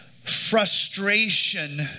Frustration